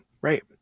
Right